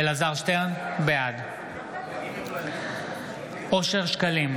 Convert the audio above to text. שטרן, בעד אושר שקלים,